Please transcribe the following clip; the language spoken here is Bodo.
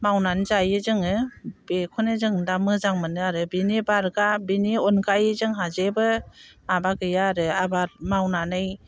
मावनानै जायो जोङो बेखौनो जों दा मोजां मोनो आरो बेनि बारगा बेनि अनगायै जोंहा जेबो माबा गैया आरो आबाद मावनानै